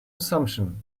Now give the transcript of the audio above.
assumption